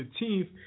15th